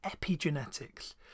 epigenetics